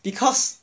because